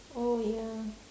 oh ya